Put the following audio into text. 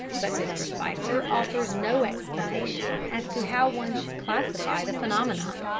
but mr. spicer offers no explanation as to how one should classify the phenomenon.